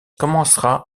commencera